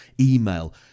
email